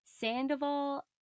Sandoval